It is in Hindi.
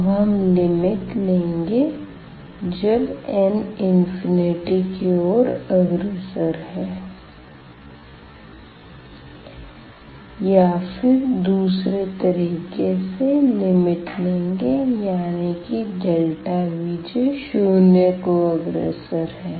अब हम लिमिट लेंगे जब n इंफिनिटी की ओर अग्रसर है या फिर दूसरे तरीके से लिमिट लेंगे यानी की Vj शून्य को अग्रसर है